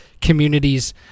communities